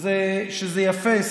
שזה יפה.